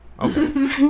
Okay